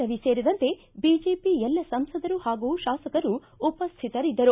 ರವಿ ಸೇರಿದಂತೆ ಬಿಜೆಪಿ ಎಲ್ಲಾ ಸಂಸದರು ಹಾಗೂ ಶಾಸಕರು ಉಪಶ್ಯಿತರಿದ್ದರು